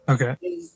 Okay